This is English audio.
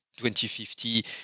2050